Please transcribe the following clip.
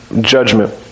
judgment